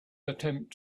attempt